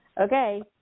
okay